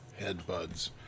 headbuds